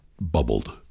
bubbled